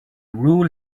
rule